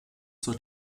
zur